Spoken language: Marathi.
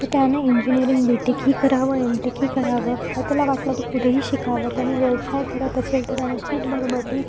तर त्यानं इंजिनीअरिंग बी टेकही करावं एम टेकही करावं त्याला वाटलं तर पुढेही शिकावं त्याने व्यवसाय करत असेल तर त्याने खूप भरभराटी